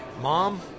Mom